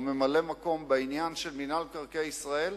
או ממלא-מקום בעניין של מינהל מקרקעי ישראל,